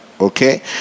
Okay